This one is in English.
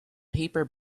paper